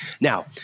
Now